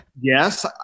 Yes